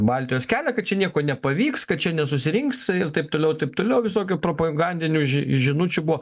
baltijos kelią kad čia nieko nepavyks kad čia nesusirinks ir taip toliau taip toliau visokių propagandinių žinučių buvo